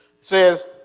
says